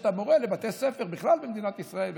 את המורה לבתי ספר בכלל במדינת ישראל,